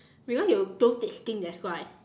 because you too thick skin that's why